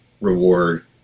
reward